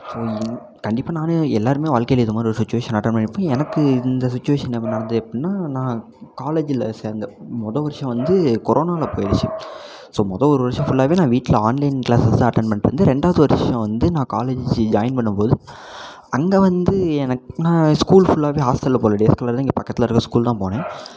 so கண்டிப்பாக நான் எல்லாேருமே வாழ்க்கையில் இது மாதிரி ஒரு சுச்சிவேஷன் அட்டன் பண்ணியிருப்போம் எனக்கு இந்த சுச்சிவேஷன் வந்து எப்படின்னா நான் காலேஜில் சேர்ந்த மொதல் வருஷம் வந்து கொரோனாவில் போயிடுச்சு ஸோ மொதல் ஒரு ஒரு வருஷம் ஃபுல்லாகவே நான் வீட்டில் ஆன்லைன் கிளாஸஸ் தான் அட்டன் பண்ணிகிட்டு இருத்தேன் ரெண்டாவது வருஷம் வந்து நான் காலேஜு ஜாயின் பண்ணும் போது அங்கே வந்து எனக் நான் ஸ்கூல் ஃபுல்லாகவே ஹாஸ்ட்டலில் போல் டேஸ் காலராக இங்கே பக்கத்தில் இருக்க ஸ்கூல் தான் போனேன்